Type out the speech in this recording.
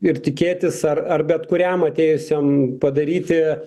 ir tikėtis ar ar bet kuriam atėjusiam padaryti